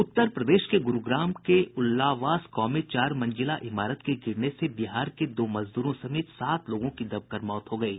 उत्तर प्रदेश के गुरूग्राम के उल्लावास गांव में चार मंजिला इमारत के गिरने से बिहार के दो मजद्रों समेत सात लोगों की दबकर मौत हो गयी